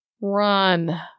Run